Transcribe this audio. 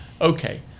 okay